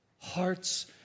hearts